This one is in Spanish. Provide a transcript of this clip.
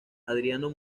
adriano